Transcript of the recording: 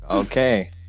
Okay